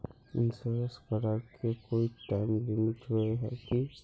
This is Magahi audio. इंश्योरेंस कराए के कोई टाइम लिमिट होय है की?